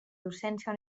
docència